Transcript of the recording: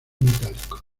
metálicos